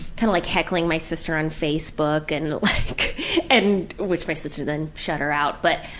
kind of like heckling my sister on facebook, and like and which my sister then shut her out but,